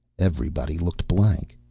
everybody looked blank.